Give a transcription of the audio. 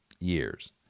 years